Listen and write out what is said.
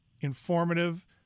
informative